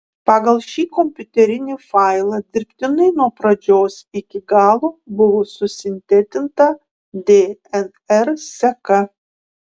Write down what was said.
pagal šį kompiuterinį failą dirbtinai nuo pradžios iki galo buvo susintetinta dnr seka